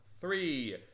three